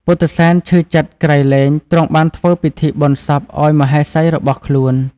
ពុទ្ធិសែនឈឺចិត្តក្រៃលែងទ្រង់បានធ្វើពិធីបុណ្យសពឲ្យមហេសីរបស់ខ្លួន។